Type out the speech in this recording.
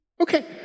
Okay